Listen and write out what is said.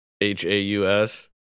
H-A-U-S